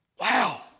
Wow